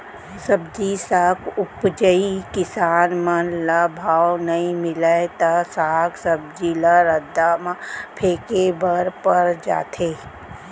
सब्जी साग उपजइया किसान मन ल भाव नइ मिलय त साग सब्जी ल रद्दा म फेंके बर पर जाथे